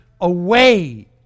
away